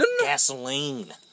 gasoline